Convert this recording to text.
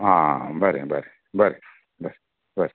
आं आं बरें बरें बरें बरें बरें